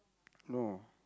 no